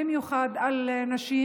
במיוחד על נשים,